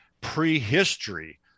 prehistory